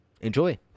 Enjoy